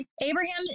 Abraham